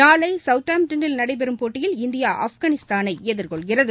நாளைசௌத்தாம்டனில் நடைபெறும் போட்டியில் இந்தியா ஆப்கானிஸ்தானைஎதிர்கொள்கிறது